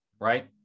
right